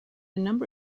number